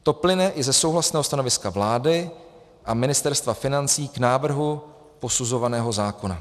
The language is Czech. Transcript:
To plyne i ze souhlasného stanoviska vlády a Ministerstva financí k návrhu posuzovaného zákona.